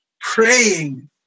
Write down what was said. praying